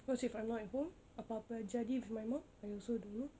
cause if I'm not at home apa apa jadi with my mum I also don't know